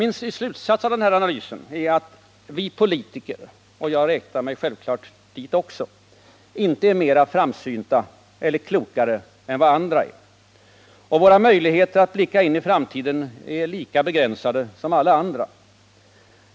Min slutsats av analysen är alltså den att vi politiker — och jag räknar självfallet mig dit också — inte är mer framsynta eller klokare än vad andra är och att våra möjligheter att skåda in i framtiden är lika begränsade som alla andras.